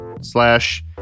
slash